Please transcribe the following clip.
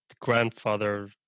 grandfather